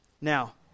Now